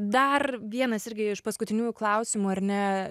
dar vienas irgi iš paskutiniųjų klausimų ar ne